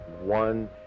one